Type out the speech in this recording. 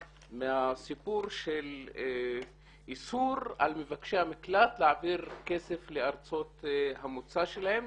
מהסיפור של איסור על מבקשי המקלט להעביר כסף לארצות המוצא שלהם,